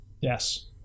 Yes